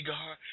God